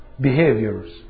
behaviors